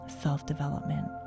self-development